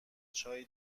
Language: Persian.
چایی